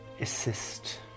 assist